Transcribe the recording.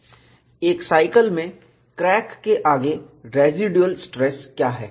एक साईकल में क्रैक के आगे रेसिडुअल स्ट्रेस क्या है